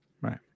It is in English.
Right